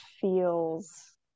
feels